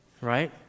Right